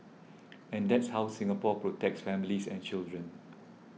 and that's how Singapore protects families and children